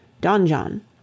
Donjon